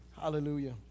Hallelujah